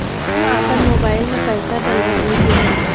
हम आपन मोबाइल में पैसा डलवावे के बा?